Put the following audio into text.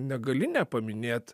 negali nepaminėt